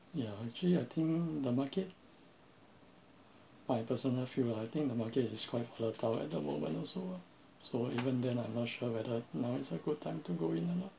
ya actually I think the market my personal feel lah I think the market is quite volatile at the moment also ah so even then I'm not sure whether now is a good time to go in or not